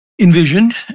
Envisioned